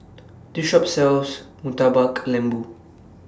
This Shop sells Murtabak Lembu